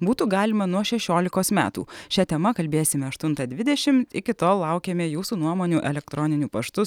būtų galima nuo šešiolikos metų šia tema kalbėsime aštuntą dvidešimt iki tol laukiame jūsų nuomonių elektroniniu paštu